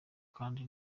kandi